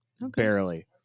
Barely